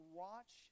watch